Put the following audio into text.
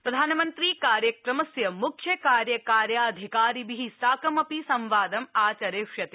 प्रधानमन्त्री कार्यक्रमस्य मुख्यकार्यकार्याधिकारिभि साकं अपि संवादम् आचरिष्यते